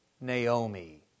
Naomi